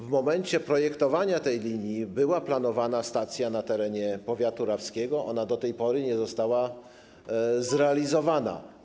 W momencie projektowania tej linii była planowana stacja na terenie powiatu rawskiego, ona do tej pory nie została zrealizowana.